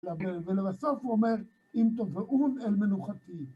ולבסוף הוא אומר, אם תבואון אל מנוחתי.